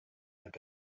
their